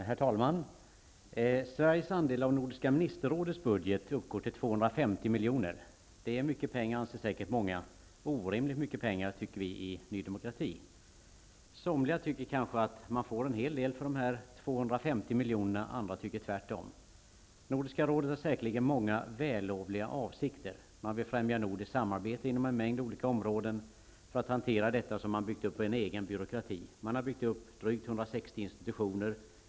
Herr talman! Sveriges andel av Nordiska ministerrådets budget uppgår till 250 milj.kr. Det är mycket pengar, anser säkert många -- orimligt mycket pengar, tycker vi i Ny demokrati. Somliga anser kanske att man får en hel del för dessa 250 miljoner, andra tycker tvärtom. Nordiska rådet har säkerligen många vällovliga avsikter. Man vill främja nordiskt samarbete inom en mängd olika områden. För att hantera detta har man byggt upp en egen byråkrati. Man har byggt upp drygt 160 institutioner.